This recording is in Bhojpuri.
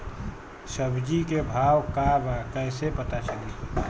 सब्जी के भाव का बा कैसे पता चली?